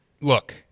look